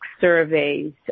surveys